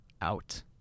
out